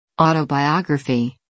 autobiography